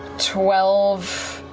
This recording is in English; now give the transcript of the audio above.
twelve.